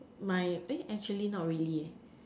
my eh actually not really eh